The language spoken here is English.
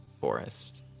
forest